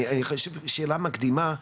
שאלה מקדימה,